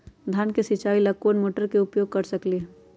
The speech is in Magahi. धान के सिचाई ला कोंन मोटर के उपयोग कर सकली ह?